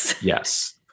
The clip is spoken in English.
Yes